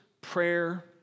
prayer